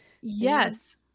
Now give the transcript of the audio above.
Yes